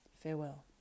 Farewell